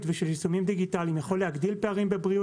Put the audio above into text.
ושל יישומים דיגיטליים יכול להגדיל פערים בבריאות.